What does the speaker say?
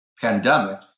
pandemic